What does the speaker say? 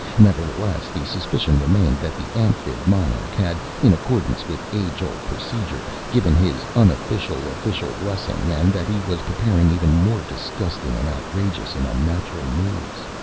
nevertheless, the suspicion remained that the amphib monarch had, in accordance with age-old procedure, given his unofficial official blessing and that he was preparing even more disgusting and outrageous and unnatural moves.